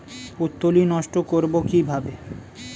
পুত্তলি নষ্ট করব কিভাবে?